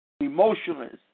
emotionless